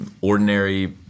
ordinary